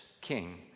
king